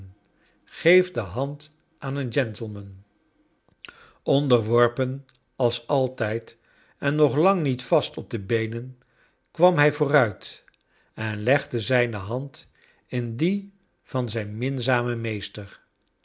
geef de hand aan een gentleman onderworpen als altijd en nog lang niet vast op de beenen kwam hij i vooruit en legde zijne hand in die j van zijn minzamen meester